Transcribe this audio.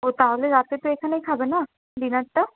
ও তাহলে রাতে তো এখানেই খাবে না ডিনারটা